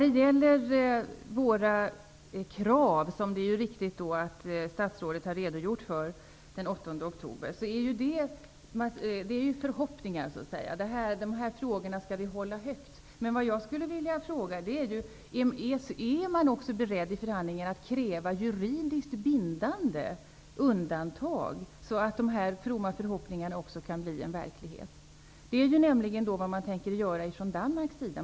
Våra krav, som ju statsrådet riktigt har redogjort för den 8 oktober, är ju förhoppningar; de här frågorna skall vi hålla högt. Men är man också beredd att i förhandlingarna kräva juridiskt bindande undantag, så att dessa fromma förhoppningar kan bli verklighet? Det är nämligen vad man kommer att göra från Danmarks sida.